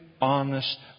Honest